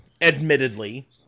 admittedly